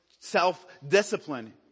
self-discipline